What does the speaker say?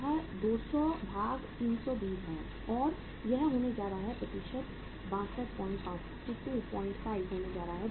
यह 200320 है और यह होने जा रहा है प्रतिशत 625 होने जा रहा है